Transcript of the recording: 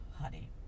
Honey